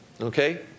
Okay